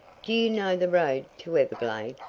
do you know the road to everglade?